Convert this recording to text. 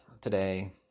today